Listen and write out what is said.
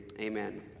amen